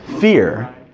Fear